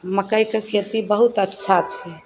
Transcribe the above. मकइके खेती बहुत अच्छा छै